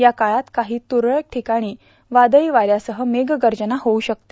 या काळात काही तूरळक ठिकाणी वादळी वाऱ्यासह मेघ गर्जना होऊ षकते